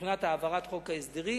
מבחינת העברת חוק ההסדרים.